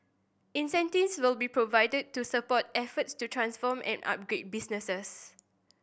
incentives will be provided to support efforts to transform and upgrade businesses